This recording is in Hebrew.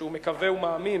שהוא מקווה ומאמין